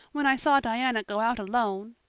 when i saw diana go out alone,